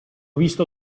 visto